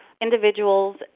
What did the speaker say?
Individuals